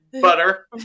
butter